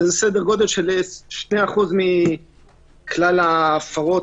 שזה כ-2% מכלל ההפרות.